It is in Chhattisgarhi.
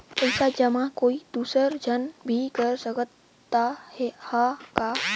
पइसा जमा कोई दुसर झन भी कर सकत त ह का?